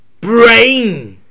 brain